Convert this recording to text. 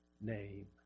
name